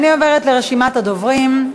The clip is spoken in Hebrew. אני עוברת לרשימת הדוברים.